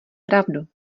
pravdu